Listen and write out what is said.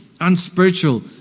unspiritual